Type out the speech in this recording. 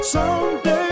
Someday